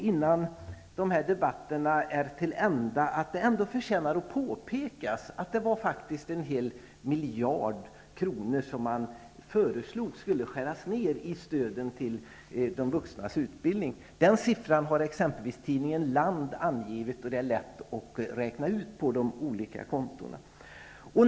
Innan debatterna är till ända förtjänar det att påpekas att det faktiskt var en hel miljard kronor som man föreslog att stöden till de vuxnas utbildning skulle skäras ned med. Den summan har exempelvis tidningen Land angivit, och det är lätt att räkna ut på de olika kontona.